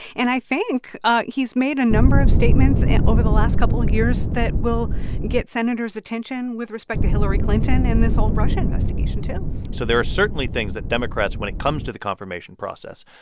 and i think he's made a number of statements and over the last couple years that will get senators' attention, with respect to hillary clinton and this whole russia investigation, too so there are certainly things that democrats, when it comes to the confirmation process,